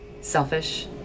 selfish